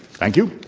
thank you.